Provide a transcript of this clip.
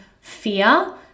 fear